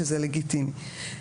שזה לגיטימי.